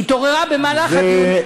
התעוררה במהלך הדיון,